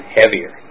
heavier